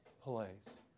place